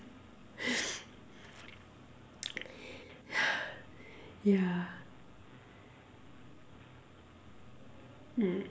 yeah mm